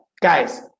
guys